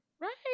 Right